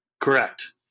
Correct